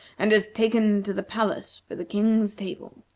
and is taken to the palace for the king's table.